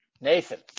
Nathan